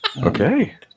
Okay